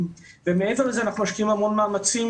מעבר לזה, אנחנו משקיעים המון מאמצים